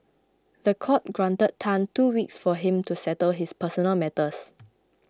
the court granted Tan two weeks for him to settle his personal matters